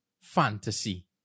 fantasy